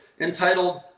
entitled